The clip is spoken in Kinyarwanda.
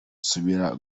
nsubira